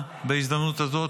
בהזדמנות הזאת,